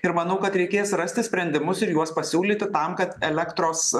ir manau kad reikės rasti sprendimus ir juos pasiūlyti tam kad elektros